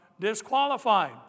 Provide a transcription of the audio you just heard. disqualified